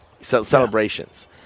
celebrations